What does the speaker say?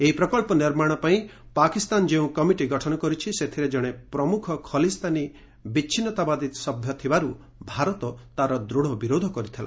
ଏହି ପ୍ରକଳ୍ପ ନିର୍ମାଣ ପାଇଁ ପାକିସ୍ତାନ ଯେଉଁ କମିଟି ଗଠନ କରିଛି ସେଥିରେ ଜଣେ ପ୍ରମୁଖ ଖଲିସ୍ଥାନୀ ବିଚ୍ଛିନ୍ନତାବାଦୀ ସଭ୍ୟ ଥିବାରୁ ଭାରତ ତା'ର ବିରୋଧ କରିଥିଲା